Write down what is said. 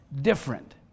different